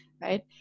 Right